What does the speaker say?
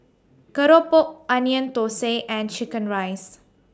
Keropok Onion Thosai and Chicken Rice